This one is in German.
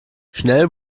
schnell